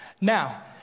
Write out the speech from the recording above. Now